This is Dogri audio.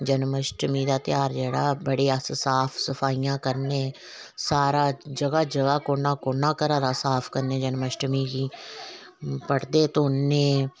जन्मअष्ठमी दा त्योहार जेहड़ा ऐ बड़ी अस साफ सफाइयां करने सारा जगह जगह कोना कोना घरा दा साफ करने जन्मअष्ठमी गी परदे धोने